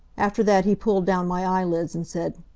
after that he pulled down my eyelids and said,